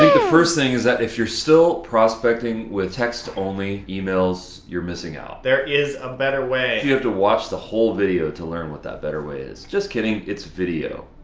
the first thing is that if you're still prospecting with text only, emails, you're missing out. there is a better way. you have to watch the whole video to learn what that better way is, just kidding it's video,